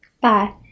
Bye